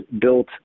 built